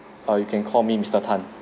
err you can call me mister tan